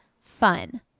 fun